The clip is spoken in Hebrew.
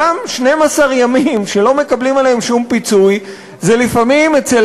אותם 12 ימים שלא מקבלים עליהם שום פיצוי זה לפעמים אצל